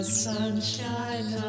sunshine